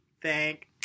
Thank